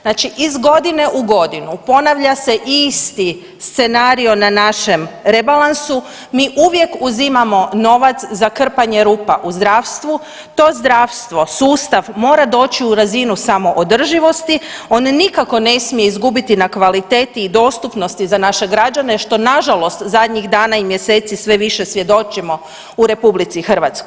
Znači iz godine u godinu ponavlja se isti scenario na našem rebalansu, mi uvijek uzimamo novac za krpanje rupa u zdravstvu, to zdravstvo, sustav mora doći u razinu samoodrživosti, on nikako ne smije izgubiti na kvaliteti i dostupnosti za naše građane, što nažalost zadnjih dana i mjeseci sve više svjedočimo u RH.